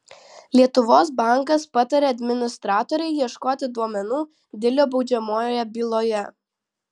lietuvos bankas patarė administratorei ieškoti duomenų dilio baudžiamojoje byloje